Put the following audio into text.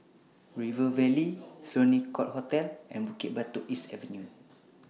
River Valley Sloane Court Hotel and Bukit Batok East Avenue